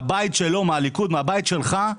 מהבית שלו, מהליכוד, מהבית שלך,